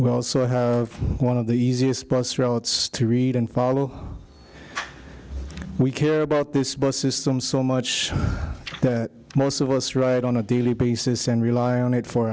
so one of the easiest bus routes to read and follow we care about this bus system so much that most of us ride on a daily basis and rely on it for